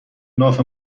ناف